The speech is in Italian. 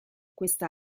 questa